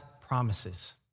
promises